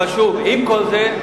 אבל שוב, עם כל זה,